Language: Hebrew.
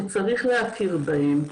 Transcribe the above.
שצריך להכיר בהם.